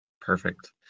Perfect